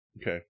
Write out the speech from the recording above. Okay